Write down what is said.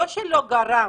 לא רק שלא הביאה